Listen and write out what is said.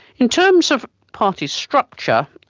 in terms of party structure,